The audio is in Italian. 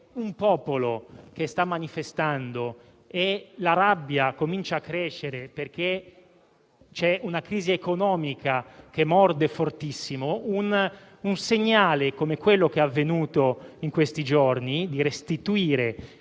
un popolo che sta manifestando e la rabbia comincia a crescere perché c'è una crisi economica che morde fortissimo, un segnale come quello verificatosi in questi giorni, cioè la restituzione